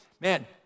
man